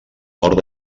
nord